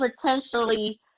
potentially